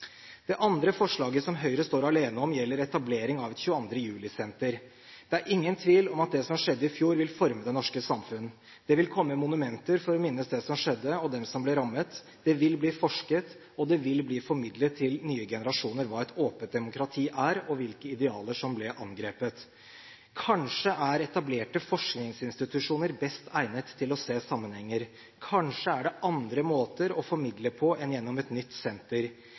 Det andre forslaget, som Høyre står alene om, gjelder etablering av et 22. juli-senter. Det er ingen tvil om at det som skjedde i fjor, vil forme det norske samfunn. Det vil komme monumenter for å minnes det som skjedde, og dem som ble rammet. Det vil bli forsket, og det vil bli formidlet til nye generasjoner hva et åpent demokrati er, og hvilke idealer som ble angrepet. Kanskje er etablerte forskningsinstitusjoner best egnet til å se sammenhenger? Kanskje er det andre måter å formidle på enn gjennom et nytt senter?